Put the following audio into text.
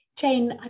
Jane